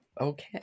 Okay